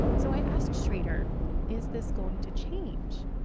so i asked shrader is this going to change?